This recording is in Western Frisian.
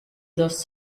datst